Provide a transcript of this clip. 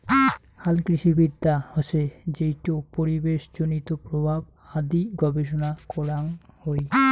হালকৃষিমাটিবিদ্যা হসে যেইটো পরিবেশজনিত প্রভাব আদি গবেষণা করাং হই